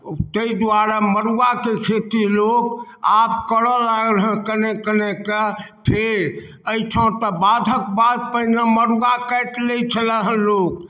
तै दुआरे मरुआके खेती लोक आब करऽ लागल हेँ कनेक कनेक कए फेर अइ ठाम तऽ बाधक बाद तऽ पहिने मरुआ काटि लइ छलेहेँ लोक